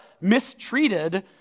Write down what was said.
mistreated